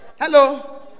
Hello